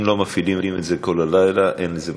אם לא מפעילים את זה כל הלילה, אין לזה משמעות.